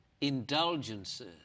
indulgences